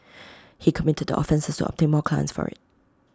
he committed the offences to obtain more clients for IT